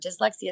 dyslexia